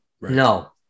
No